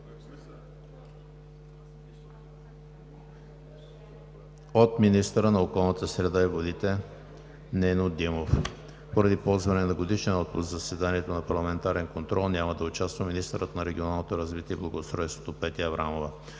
от министъра на околната среда и водите Нено Димов. Поради ползване на годишен отпуск в заседанието за парламентарен контрол няма да участва министърът на регионалното развитие и благоустройството Петя Аврамова.